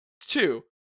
Two